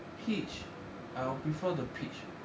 peach I'll prefer the peach